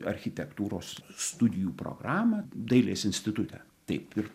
architektūros studijų programą dailės institute taip ir